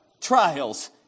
Trials